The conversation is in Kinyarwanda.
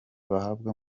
bahabwa